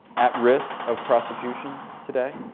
at risk of prosecution today?